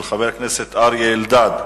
של חבר הכנסת אריה אלדד: